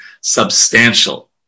substantial